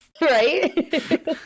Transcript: Right